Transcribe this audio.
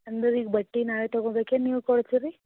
ಅಂದರೆ ಈಗ ಬಟ್ಟೆ ನಾವೇ ತಗೋಬೇಕಾ ಏನು ನೀವು ಕೊಡ್ತಿರೀ